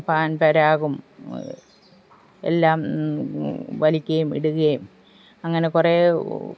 പാൻപരാഗും എല്ലാം വലിക്കുകയും ഇടുകയും അങ്ങനെ കുറേ